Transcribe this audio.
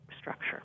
structure